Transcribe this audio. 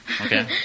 Okay